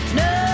no